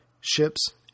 ships